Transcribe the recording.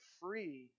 free